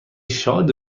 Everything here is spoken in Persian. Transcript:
شاد